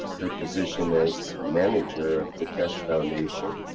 her position as a manger of the keshe foundation.